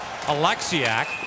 Alexiak